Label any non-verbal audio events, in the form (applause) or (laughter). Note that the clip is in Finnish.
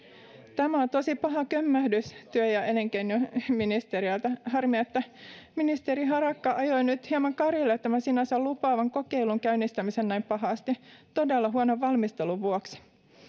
tämä on tosi paha kömmähdys työ ja elinkeinoministeriöltä harmi että (unintelligible) (unintelligible) (unintelligible) (unintelligible) (unintelligible) (unintelligible) (unintelligible) (unintelligible) (unintelligible) (unintelligible) (unintelligible) (unintelligible) ministeri harakka ajoi nyt näin pahasti karille tämän sinänsä lupaavan kokeilun käynnistämisen (unintelligible) (unintelligible) (unintelligible) (unintelligible) (unintelligible) (unintelligible) (unintelligible) (unintelligible) (unintelligible) (unintelligible) todella huonon valmistelun vuoksi